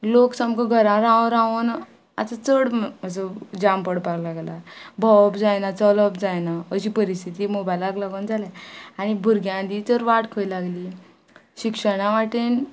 लोक सामको घरां रावो रावोन आतां चड जाम पडपाक लागला भोंवप जायना चलप जायना अशी परिस्थिती मोबायलाक लागोन जाल्या आनी भुरग्यां जर वाट खंय लागली शिक्षणा वाटेन